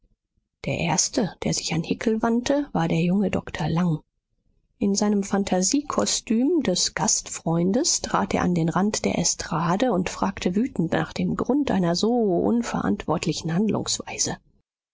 der erste der sich an hickel wandte war der junge doktor lang in seinem phantasiekostüm des gastfreundes trat er an den rand der estrade und fragte wütend nach dem grund einer so unverantwortlichen handlungsweise